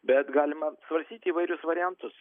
bet galima svarstyti įvairius variantus